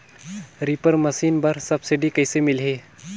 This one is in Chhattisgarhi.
रीपर मशीन बर सब्सिडी कइसे मिलही?